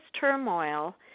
turmoil